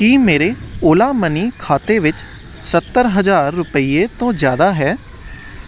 ਕੀ ਮੇਰੇ ਓਲਾ ਮਨੀ ਖਾਤੇ ਵਿੱਚ ਸੱਤਰ ਹਜ਼ਾਰ ਰੁਪਈਏ ਤੋਂ ਜ਼ਿਆਦਾ ਹੈ